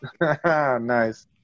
nice